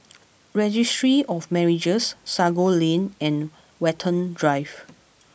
Registry of Marriages Sago Lane and Watten Drive